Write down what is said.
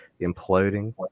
imploding